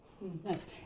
Nice